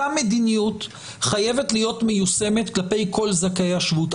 אותה מדיניות חייבת להיות מיושמת כלפי כל זכאי השבות.